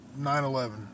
9-11